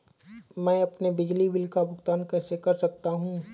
मैं अपने बिजली बिल का भुगतान कैसे कर सकता हूँ?